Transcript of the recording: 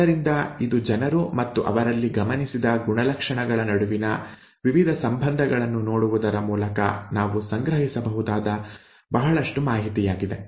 ಆದ್ದರಿಂದ ಇದು ಜನರು ಮತ್ತು ಅವರಲ್ಲಿ ಗಮನಿಸಿದ ಗುಣಲಕ್ಷಣಗಳ ನಡುವಿನ ವಿವಿಧ ಸಂಬಂಧಗಳನ್ನು ನೋಡುವುದರ ಮೂಲಕ ನಾವು ಸಂಗ್ರಹಿಸಬಹುದಾದ ಬಹಳಷ್ಟು ಮಾಹಿತಿಯಾಗಿದೆ